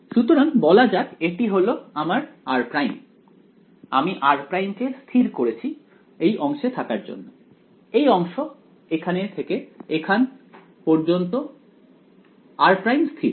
সুতরাং বলা যাক এটি হলো আমার r' আমি r' কে স্থির করেছি এই অংশে থাকার জন্য এই অংশ এখানে থেকে এখান পর্যন্ত r' স্থির